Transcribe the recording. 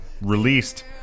released